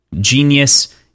genius